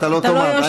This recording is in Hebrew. אוטומט.